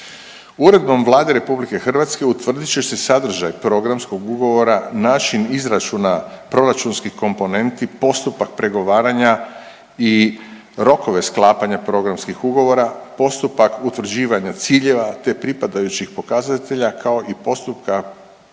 Uredbom Vlade RH utvrdit će se sadržaj programskog ugovora, način izračuna proračunskih komponenti, postupak pregovaranja i rokove sklapanja programskih ugovora, postupak utvrđivanja ciljeva te pripadajućih pokazatelja kao i postupka praćenja